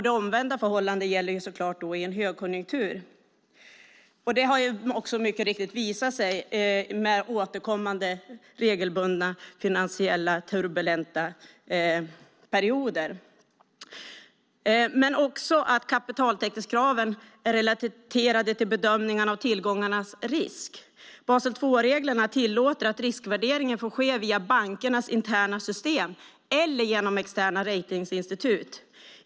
Det omvända förhållandet gäller givetvis i en högkonjunktur. Det har också visat sig i återkommande regelbundna finansiella turbulenta perioder. Vidare är kapitaltäckningskraven relaterade till bedömningarna av tillgångarnas risk. Basel 2-reglerna tillåter att riskvärderingen får ske via bankernas interna system eller genom externa ratinginstitut.